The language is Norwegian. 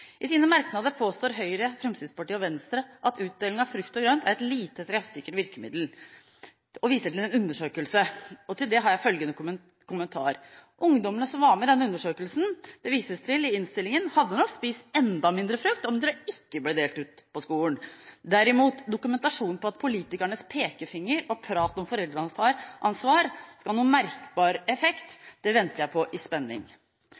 I sine merknader påstår Høyre, Fremskrittspartiet og Venstre at utdeling av frukt og grønt er et lite treffsikkert virkemiddel, og viser til en undersøkelse. Til det har jeg følgende kommentar: Ungdommene som var med i denne undersøkelsen det vises til i innstillingen, hadde nok spist enda mindre frukt om det ikke ble delt ut på skolen. Derimot: Dokumentasjonen av at politikernes pekefinger og prat om foreldreansvar skal ha noen merkbar effekt, venter jeg på i spenning.